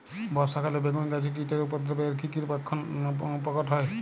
বর্ষা কালে বেগুন গাছে কীটের উপদ্রবে এর কী কী লক্ষণ প্রকট হয়?